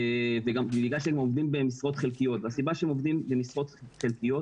בגלל שהם עובדים במשרות חלקיות והסיבה שהם עובדים במשרות חלקיות